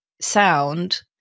sound